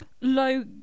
low